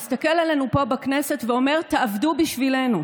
מסתכל עלינו פה בכנסת ואומר: תעבדו בשבילנו.